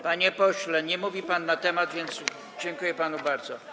Panie pośle, nie mówi pan na temat, więc dziękuję panu bardzo.